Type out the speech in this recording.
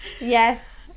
yes